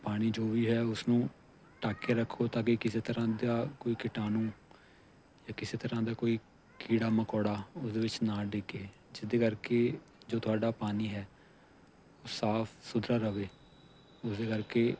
ਪਾਣੀ ਜੋ ਵੀ ਹੈ ਉਸਨੂੰ ਢੱਕ ਕੇ ਰੱਖੋ ਤਾਂ ਕਿ ਕਿਸੇ ਤਰ੍ਹਾਂ ਦਾ ਕੋਈ ਕੀਟਾਣੂ ਜਾਂ ਕਿਸੇ ਤਰ੍ਹਾਂ ਦਾ ਕੋਈ ਕੀੜਾ ਮਕੌੜਾ ਉਹਦੇ ਵਿੱਚ ਨਾ ਡਿੱਗੇ ਜਿਹਦੇ ਕਰਕੇ ਜੋ ਤੁਹਾਡਾ ਪਾਣੀ ਹੈ ਸਾਫ਼ ਸੁਥਰਾ ਰਹੇ ਉਸਦੇ ਕਰਕੇ